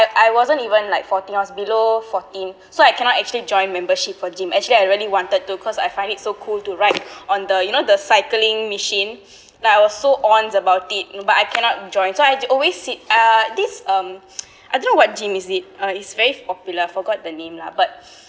but I wasn't even like fourteen I was below fourteen so I cannot actually join membership for gym actually I really wanted to cause I find it so cool to ride on the you know the cycling machine like I was so ons about it but I cannot join so I always sit uh this um I don't know what gym is it uh it's very popular forgot the name lah but